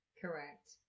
Correct